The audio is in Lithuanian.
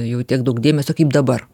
jau tiek daug dėmesio kaip dabar